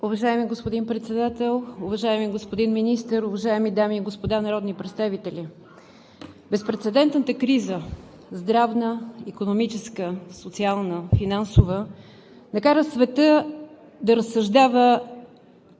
Уважаеми господин Председател, уважаеми господин Министър, уважаеми дами и господа народни представители! Безпрецедентната криза – здравна, икономическа, социална и финансова, накара света да разсъждава